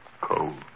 cold